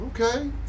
okay